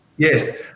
Yes